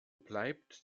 bleibt